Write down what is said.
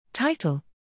Title